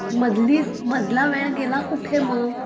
मधली मधला वेळ गेला कुठे मग